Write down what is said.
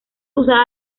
usada